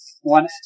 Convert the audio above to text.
one